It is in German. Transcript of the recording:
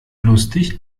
lustig